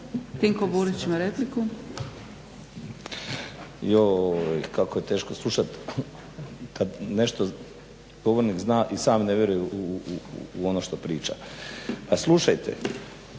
Dinko (HDSSB)** Joj, kako je teško slušat kad nešto govornik zna i sam ne vjeruje u ono što priča. Pa slušajte,